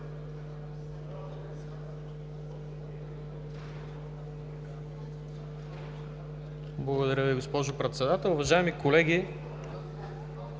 Благодаря Ви, господин Председател. Уважаеми колеги!